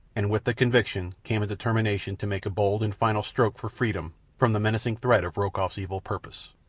and with the conviction came a determination to make a bold and final stroke for freedom from the menacing threat of rokoff's evil purpose.